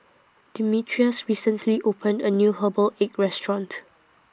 Demetrius recently opened A New Herbal Egg Restaurant